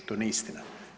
To nije istina.